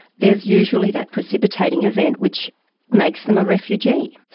there's usually that precipitating event which makes them a refugee.